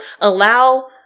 allow